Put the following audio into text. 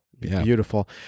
Beautiful